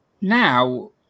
now